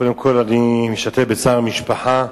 קודם כול, אני משתתף בצער המשפחה.